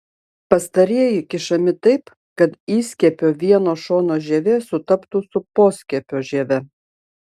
pastarieji kišami taip kad įskiepio vieno šono žievė sutaptų su poskiepio žieve